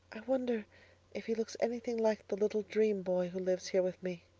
i wonder if he looks anything like the little dream-boy who lives here with me.